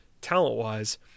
talent-wise